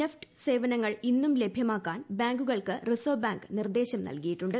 NEFT സേവനങ്ങൾ ഇന്നും ലഭ്യമാക്കാൻ ബാങ്കുകൾക്ക് റിസർവ് ബാങ്ക് നിർദ്ദേശം നൽകിയിട്ടുണ്ട്